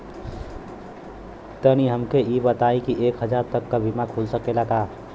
तनि हमके इ बताईं की एक हजार तक क बीमा खुल सकेला का?